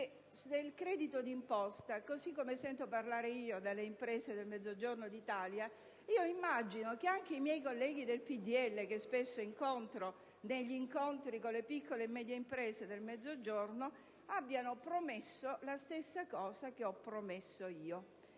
al credito d'imposta, così come sento dire dalle imprese del Mezzogiorno d'Italia, immagino che anche i miei colleghi del PdL, che spesso trovo agli incontri con le piccole e medie imprese del Mezzogiorno, abbiano promesso la stessa cosa che ho promesso io.